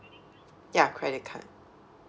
ya credit card